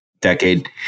decade